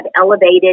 elevated